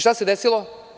Šta se desilo?